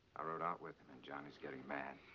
i rode out with him. and johnny's getting mad.